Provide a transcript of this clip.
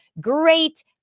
great